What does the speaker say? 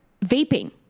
vaping